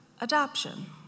Adoption